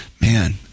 Man